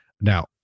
Now